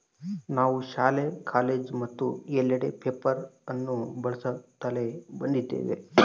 ನಾವು ಶಾಲೆ, ಕಾಲೇಜು ಮತ್ತು ಎಲ್ಲೆಡೆ ಪೇಪರ್ ಅನ್ನು ಬಳಸುತ್ತಲೇ ಬಂದಿದ್ದೇವೆ